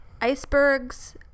Icebergs